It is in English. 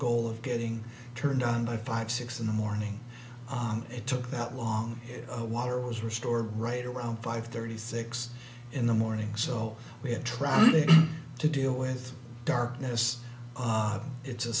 goal of getting turned on by five six in the morning it took that long the water was restored right around five thirty six in the morning so we're trying to deal with darkness it's a